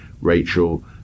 Rachel